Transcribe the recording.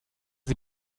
sie